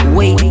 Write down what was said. Wait